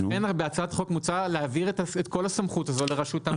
לכן בהצעת החוק מוצע להעביר את כל הסמכות הזו לרשות המים.